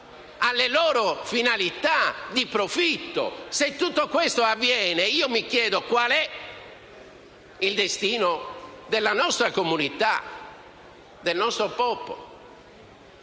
alle loro finalità di profitto, se tutto questo avviene, mi chiedo quale sia il destino della nostra comunità e del nostro popolo.